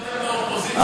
לאופוזיציה,